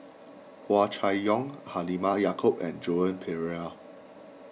Hua Chai Yong Halimah Yacob and Joan Pereira